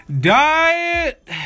Diet